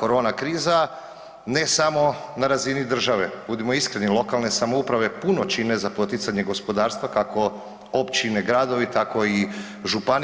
korona kriza ne samo na razini države, budimo iskreni lokalne samouprave puno čine za poticanje gospodarstva kako općine, gradovi tako i županije.